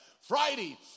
Friday